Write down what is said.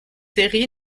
série